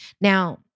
Now